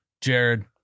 Jared